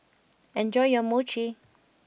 enjoy your Mochi